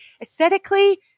aesthetically